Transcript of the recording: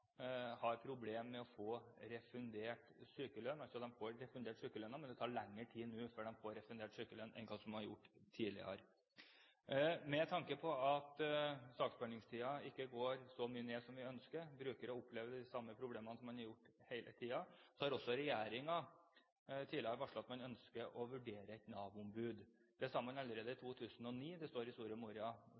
har problemer med å få refundert sykelønnen – dvs. de får refundert sykelønnen, men det tar lengre tid nå før de får refundert den, enn det gjorde tidligere. Med tanke på at saksbehandlingstiden ikke går så mye ned som vi ønsker – brukere opplever de samme problemene som de har gjort hele tiden – har også regjeringen tidligere varslet at man ønsker å vurdere et Nav-ombud. Det sa man allerede i 2009, det står i Soria Moria